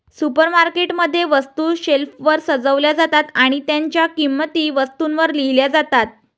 supermarket मध्ये, वस्तू शेल्फवर सजवल्या जातात आणि त्यांच्या किंमती वस्तूंवर लिहिल्या जातात